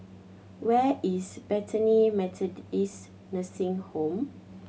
where is Bethany Methodist Nursing Home